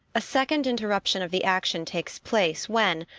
a second interruption of the action takes place when,